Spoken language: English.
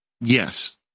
yes